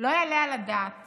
לא יעלה על הדעת